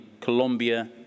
Colombia